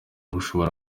bushobora